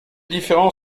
différence